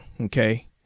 Okay